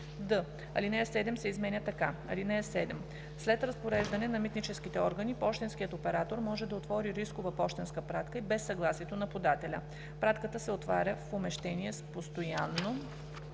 д) алинея 7 се изменя така: „(7) След разпореждане от митническите органи пощенският оператор може да отвори рискова пощенска пратка и без съгласието на подателя. Пратката се отваря в помещение с постоянно